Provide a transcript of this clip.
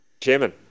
Chairman